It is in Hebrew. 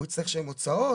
הוא יצטרך לשלם הוצאות.